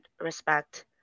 respect